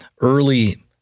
early